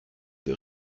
der